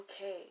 okay